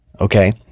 Okay